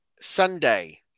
Sunday